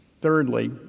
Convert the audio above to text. thirdly